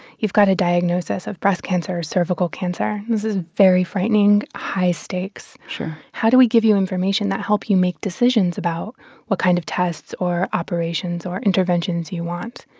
you've got a diagnosis of breast cancer or cervical cancer. this is very frightening, high stakes sure how do we give you information that help you make decisions about what kind of tests or operations or interventions you want?